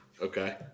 Okay